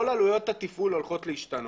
כל עלויות התפעול הולכות להשתנות.